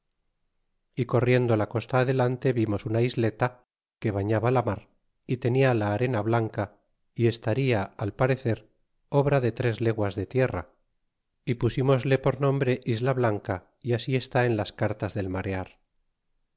e corriendo la costa adelante vimos una isleta que bañaba la mar y tenia la arena blanca y estaria al parecer obra de tres leguas de tierra y pusímosle por nombre isla blanca y así está en las cartas del marear